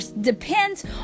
depends